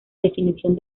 definición